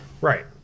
Right